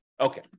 Okay